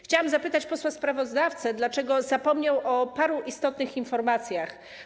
Chciałam zapytać posła sprawozdawcę, dlaczego zapomniał o paru istotnych informacjach.